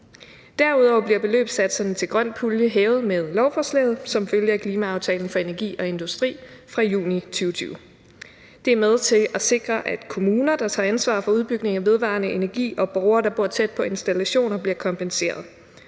Derudover bliver beløbssatserne til grøn pulje hævet med lovforslaget som følge af klimaaftalen for energi og industri fra juni 2020. Det er med til at sikre, at kommuner, der tager ansvar for udbygning af vedvarende energi, og borgere, der bor tæt på installationer, bliver kompenseret.